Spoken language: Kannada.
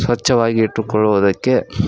ಸ್ವಚ್ಛವಾಗಿ ಇಟ್ಟುಕೊಳ್ಳುವುದಕ್ಕೆ